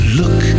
look